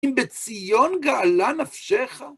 אם בציון גאלה נפשך?